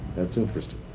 that's interesting.